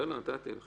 נתתי לך.